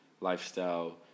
lifestyle